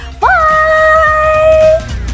Bye